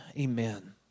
Amen